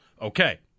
Okay